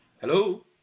Hello